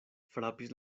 frapis